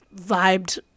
vibed